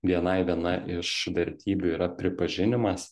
bni viena iš vertybių yra pripažinimas